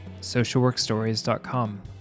socialworkstories.com